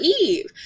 Eve